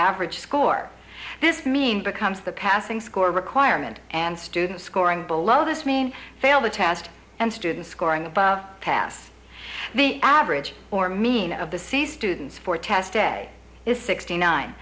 average score this mean becomes the passing score requirement and student scoring below this means fail the test and students scoring above pass the average or mean of the c students for test a is sixty nine